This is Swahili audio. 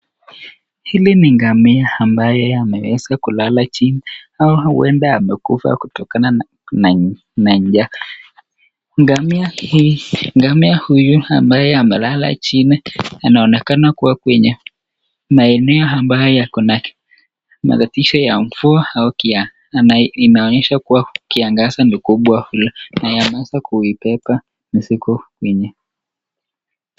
Hili ni ngamia ambaye ameweza kulala chini ama huenda amekufa kutokana na njaa ngamia huyu ambaye amelala chini inaonekana kuwa kwenye maeneo ambayo yako na matatizo ya mvua au kiangazi na inaonyesha kuwa kiangazi ni kubwa kule na inaweza kuibeba mizigo mingi.